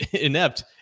inept